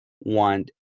Want